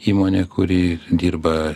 įmonė kuri dirba